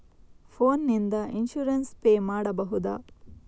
Phone ನಿಂದ insurance pay ಮಾಡಬಹುದ?